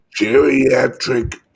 geriatric